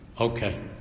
okay